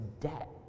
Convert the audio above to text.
debt